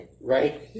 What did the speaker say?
right